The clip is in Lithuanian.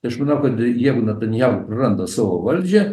tai aš manau kad jeigu natanjahu praranda savo valdžią